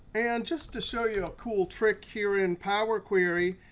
and just to show you cool trick here in power query,